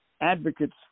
Advocates